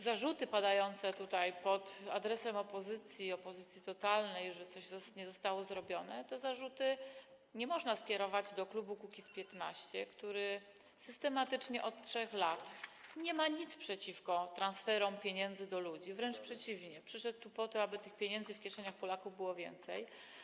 Zarzutów padających tutaj pod adresem opozycji, opozycji totalnej, że coś nie zostało zrobione, nie można skierować do klubu Kukiz’15, który systematycznie od 3 lat nie ma nic przeciwko transferom pieniędzy do ludzi, wręcz przeciwnie, przyszedł tu po to, aby tych pieniędzy w kieszeniach Polaków było więcej.